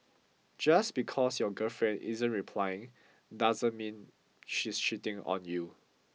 just because your girlfriend isn't replying doesn't mean she's cheating on you